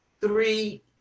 three